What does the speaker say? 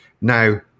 Now